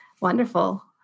Wonderful